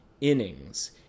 innings